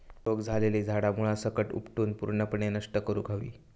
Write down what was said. रोग झालेली झाडा मुळासकट उपटून पूर्णपणे नष्ट करुक हवी